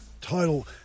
total